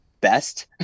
best